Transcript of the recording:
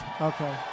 Okay